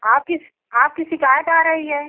आपकी आपकी शिकायत आ रही है